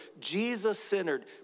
Jesus-centered